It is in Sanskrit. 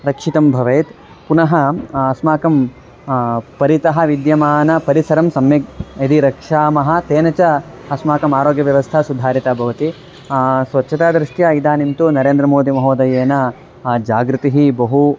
रक्षिता भवेत् पुनः अस्माकं परितः विद्यमानं परिसरं सम्यक् यदि रक्षामः तेन च अस्माकम् आरोग्यव्यवस्था सुधारिता भवति स्वच्छतादृष्ट्या इदानीं तु नरेन्द्रमोदिमहोदयेन जागृतिः बहु